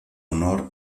honor